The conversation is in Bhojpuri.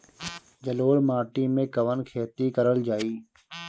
जलोढ़ माटी में कवन खेती करल जाई?